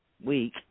week